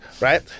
right